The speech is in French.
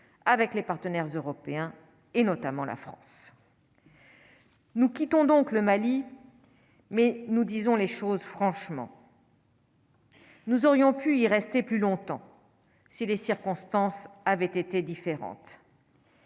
avec les partenaires européens et notamment la France. Nous quittons donc le Mali mais nous disons les choses franchement. Nous aurions pu y rester plus longtemps si les circonstances avaient été différentes.